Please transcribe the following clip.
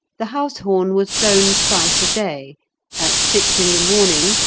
the house horn was blown thrice a day at six in the morning,